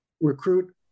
recruit